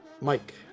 Mike